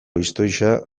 historia